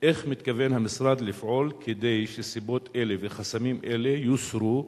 איך מתכוון המשרד לפעול כדי שסיבות אלה וחסמים אלה יוסרו?